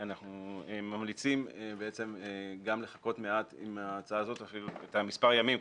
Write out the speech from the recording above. -- אנחנו ממליצים לחכות מעט עם ההצעה הזאת את מספר הימים,